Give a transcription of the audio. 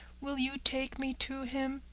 will you take me to him?